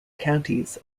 counties